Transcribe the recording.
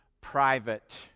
private